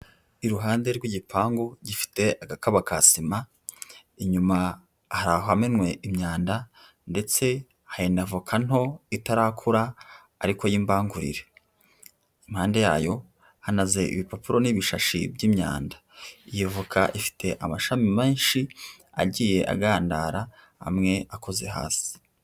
Iruhande rw'igipangu gifite agakaba ka sima, inyuma hari ahamenwe imyanda, ndetse hari na voka nto itarakura ariko y'imbangurire, impande yayo hanaze ibipapuro n'ibishashi by'imyanda. Iyo voka ifite amashami menshi, agiye agandara amwe akoze hasi.